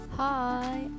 Hi